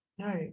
No